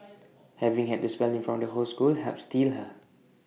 having had to spell in front of the whole school helped steel her